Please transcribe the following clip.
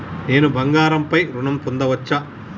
నేను బంగారం పై ఋణం పొందచ్చా?